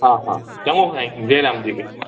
हा हा चङो साईं जय राम जी की